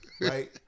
Right